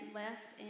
left